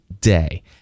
day